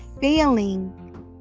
failing